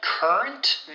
Current